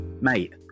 mate